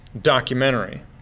documentary